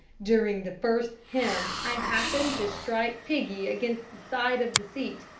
during the first hymn i happened to strike piggy against the side of the seat.